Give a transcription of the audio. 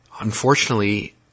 unfortunately